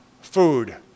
food